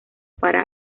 para